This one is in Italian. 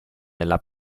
della